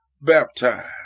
baptized